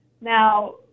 Now